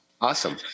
Awesome